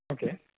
okay